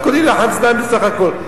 בדקו לי בדיקת לחץ דם בסך הכול.